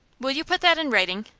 will you put that in writing?